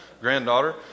granddaughter